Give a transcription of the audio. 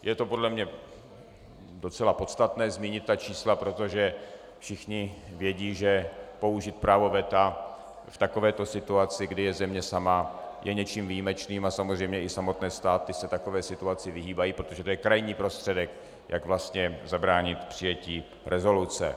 Je podle mě docela podstatné zmínit ta čísla, protože všichni vědí, že použít právo veta v takovéto situaci, kdy je země sama, je něčím výjimečným, a samozřejmě i samotné státy se takové situaci vyhýbají, protože to je krajní prostředek, jak vlastně zabránit přijetí rezoluce.